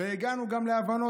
והגענו גם להבנות.